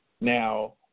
Now